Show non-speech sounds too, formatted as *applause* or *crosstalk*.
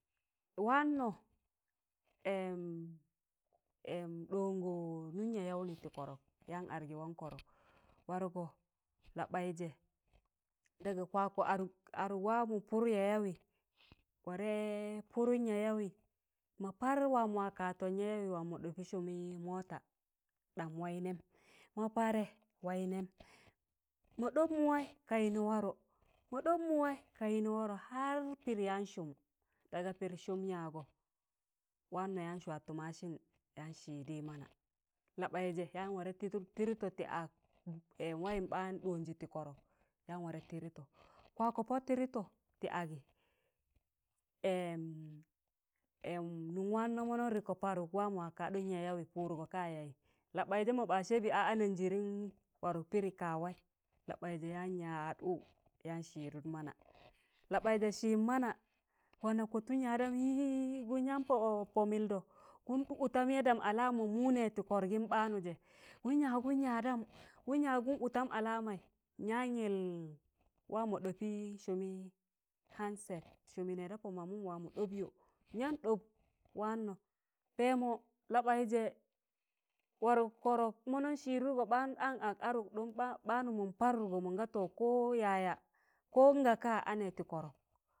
wannọ *hesitation* ɗọngọ nụm yayaụ nị tị kọrọk yan adgị wan kọrọk wargọ labaịje ɗaga kwakọ adụk aduk wamọ pụr yayaụyị warẹ pụrụn yaụyaụyị ma par wam mọ kadtọn yayauwe wam mo ɗọpị sụmị mota ɗam waị nẹm ma parẹ waị nẹm, ma ɗọb mụwaị ka yịnị warọ, ma ɗọb mụwaị ka yịnị warọ har pịdị yan sụm ɗaga piid sụm yaagọ, waanọ yan swatụ mashin yan sịdị mana labaịje yan ware tịdud- tịdụtọ tị ak wayịm ɓan ɗ̣ọnzị tị kọrọk yan ware tịtụdtọ kwa kọ pọ tịdụtọ tị agị *hesitation* nụm waanọ mọnọn rikko parụk wam ma kaɗụn yayawị pụdgọ ka yayị labaịje mọ ɓa sebị ka a ananjịrịm wan pịdị kaa waị laɓaịjẹ yan yaj ụụ yan sịdụd mana labaịje sịịn mana waana kotun yaadam hehehehe gụm yaan pọ-pọ mịldọ kụm ụtam yaddam alaman mụụ ne tị kọrọkụm ɓaanụịje kụm yaj kụm yadam kụm yaj nụm ụtam alamai nyan yịl wam mọ ɗọpị sụmi handset sumị nẹ da pọ mamụm wamu dobyo nyan ɗọp waannọ pẹẹmọ labaịje warụk kọrọk mọnọṇ sịdụd gọ ɓaan an ak adụk *unintelligible* ɓanum mọn parụtgọ monga to koyaya kon ngaka anẹ tị korok.